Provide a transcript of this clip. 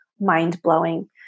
mind-blowing